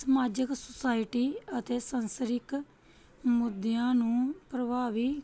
ਸਮਾਜਿਕ ਸੁਸਾਇਟੀ ਅਤੇ ਸੰਸਾਰਿਕ ਮੁੱਦਿਆਂ ਨੂੰ ਪ੍ਰਭਾਵੀ